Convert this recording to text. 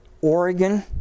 Oregon